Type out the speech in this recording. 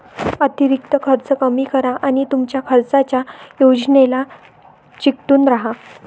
अतिरिक्त खर्च कमी करा आणि तुमच्या खर्चाच्या योजनेला चिकटून राहा